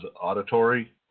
auditory